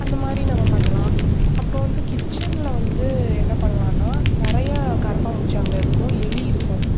அந்த மாதிரி நம்ம பண்ணலாம் அப்புறம் வந்து கிச்சனில் வந்து என்ன பண்லாம்னா நிறையா கரப்பான்பூச்சி அங்கே இருக்கும் எலி இருக்கும்